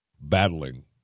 battling